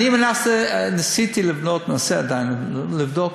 אני ניסיתי לבדוק ומנסה עדיין לבדוק